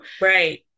right